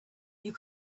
you